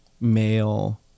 male